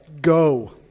Go